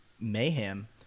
Mayhem